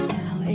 now